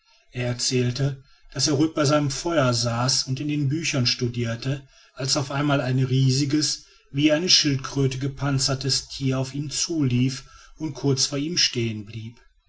er erzählte daß er ruhig bei seinem feuer saß und in den büchern studierte als auf einmal ein riesiges wie eine schildkröte gepanzertes tier auf ihn zulief und kurz vor ihm stehen blieb